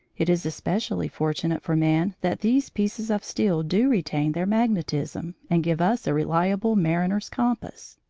it is especially fortunate for man that these pieces of steel do retain their magnetism, and give us a reliable mariner's compass.